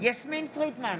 יסמין פרידמן,